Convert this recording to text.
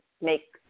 make